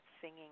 singing